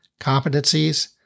competencies